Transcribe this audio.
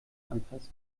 anpasst